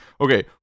okay